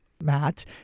Matt